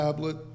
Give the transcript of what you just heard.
tablet